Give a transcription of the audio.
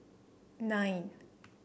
nine